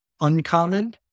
uncommon